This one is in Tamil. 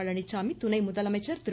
பழனிச்சாமி துணை முதலமைச்சர் திரு